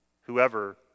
whoever